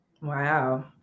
Wow